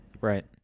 Right